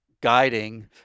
guiding